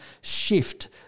shift